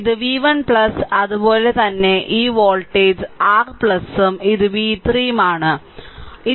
ഇത് v1 അതുപോലെ തന്നെ ഈ വോൾട്ടേജ് r ഉം ഇത് v3 ആണ് ഉം